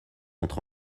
entre